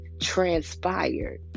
transpired